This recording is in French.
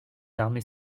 armées